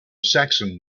saxon